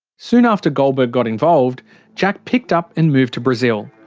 soon after goldberg got involved jack picked up and moved to brazil.